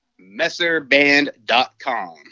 Messerband.com